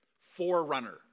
forerunner